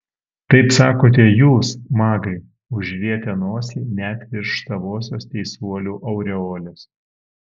taip sakote jūs magai užrietę nosį net virš savosios teisuolių aureolės